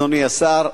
אדוני השר,